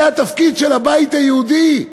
זה התפקיד של הבית היהודי?